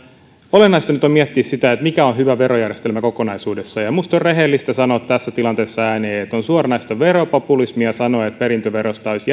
olennaista nyt on miettiä sitä mikä on hyvä verojärjestelmä kokonaisuudessaan ja minusta on rehellistä sanoa tässä tilanteessa ääneen että on suoranaista veropopulismia sanoa että perintöverosta olisi